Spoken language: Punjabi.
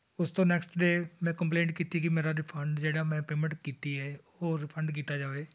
ਉਸ ਤੋਂ ਨੈਕਸਟ ਡੇ ਮੈਂ ਕੰਪਲੇਂਟ ਕੀਤੀ ਕਿ ਮੇਰਾ ਰਿਫੰਡ ਜਿਹੜਾ ਮੈਂ ਪੇਮੈਂਟ ਕੀਤੀ ਹੈ ਉਹ ਰਿਫੰਡ ਕੀਤਾ ਜਾਵੇ